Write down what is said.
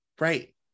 Right